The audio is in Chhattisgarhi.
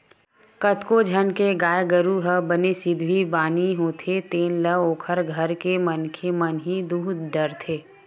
कतको झन के गाय गरु ह बने सिधवी बानी होथे तेन ल ओखर घर के मनखे मन ह ही दूह डरथे